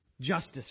justice